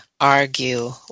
argue